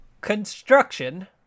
construction